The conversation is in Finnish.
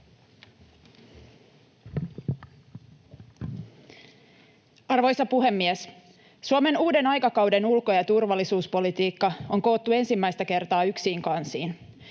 Arvoisa puhemies! Suomen uuden aikakauden ulko- ja turvallisuuspolitiikka on koottu ensimmäistä kertaa yksiin kansiin.